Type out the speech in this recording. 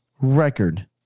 record